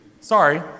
Sorry